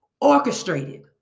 Orchestrated